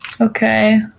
okay